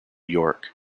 york